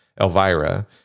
Elvira